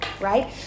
right